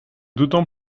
d’autant